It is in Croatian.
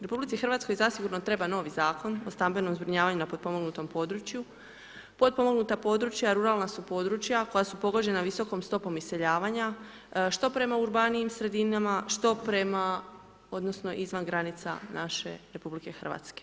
RH zasigurno treba novi Zakon o stambenom zbrinjavaju na potpomognutom području, potpomognuta područja ruralna su područja koja su pogođena visokom stopom iseljavanja što prema urbanijim sredinama što prema odnosno izvan granica naše RH.